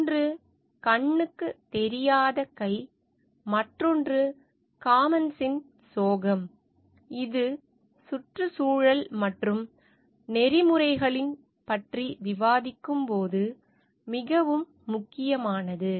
ஒன்று கண்ணுக்குத் தெரியாத கை மற்றொன்று காமன்ஸின் சோகம் இது சுற்றுச்சூழல் மற்றும் நெறிமுறைகளைப் பற்றி விவாதிக்கும்போது மிகவும் முக்கியமானது